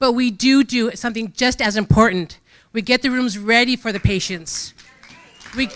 but we do do something just as important we get the rooms ready for the patients we